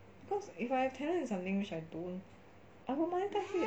cause if I have talent which is something which I don't I will monetise it